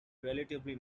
relatively